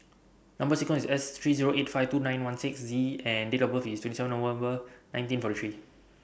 Number sequence S three Zero eight five two nine one six Z and Date of birth IS twenty seven November nineteen forty three